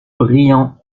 brillants